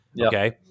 Okay